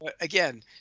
Again